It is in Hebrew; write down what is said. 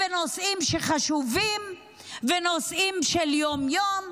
בנושאים שחשובים ובנושאים של יום-יום,